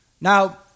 Now